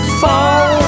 fall